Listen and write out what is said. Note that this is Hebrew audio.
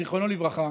זיכרונו לברכה.